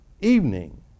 Evening